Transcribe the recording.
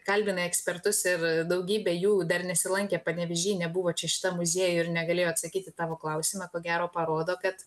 kalbinai ekspertus ir daugybė jų dar nesilankė panevėžy nebuvo čia šitam muziejuj ir negalėjo atsakyti į tavo klausimą ko gero parodo kad